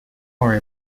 worry